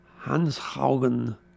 Hanshaugen